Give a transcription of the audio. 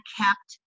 kept